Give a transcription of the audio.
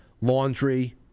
Laundry